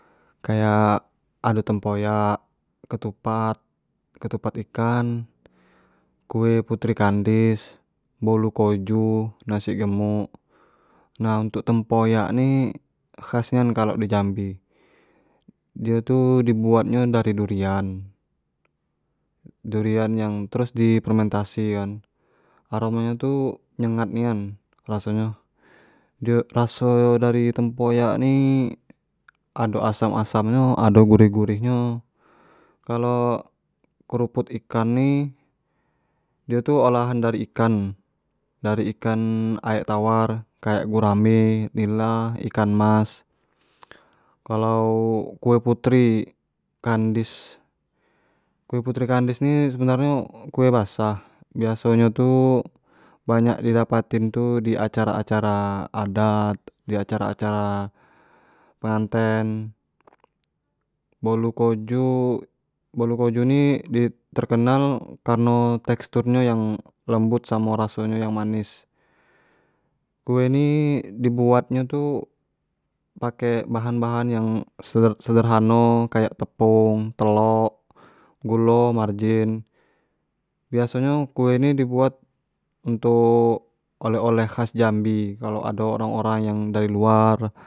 Kayak ado tempoyak, ketupat, ketupat ikan, kue putri kandis, bolu koju, nasi gemuk, nah untuk tempoyak ni khas nian kalo di jambi, dio tu di buat tu dari durian, durian trus di fermentasi kan, aroma nyo tu nyengat nian raso nyo, di raso dari tempoyak ni ado asam-asam nyo, ado gurih-gurih nyo, kalo keruput ikan ni dio tu olahan dari ikan, dari ikan aek tawar kayak gurame, nila, ikan mas. Kalo kue putri kandis, kue putri kandis ni sebenarnyo kue basah, biaso nyo tu banyak di dapatin tu di acara-acara adat, di acara-acara penganten. Bolu koju, bolu koju ne terkenal kareno tekstur nyo yang lembut samo raso nyo yang manis, kue ni di buat nyo tu pake baha-bahan yang sedrhano kayak tepung, telok, gulo, margin, biaso nyo kue ini di buat untuk oleh-oleh kahs jambi kalu ado orang-orang yang dari luar.